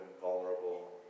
vulnerable